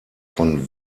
von